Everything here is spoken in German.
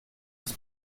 des